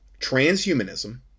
transhumanism